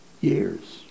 Years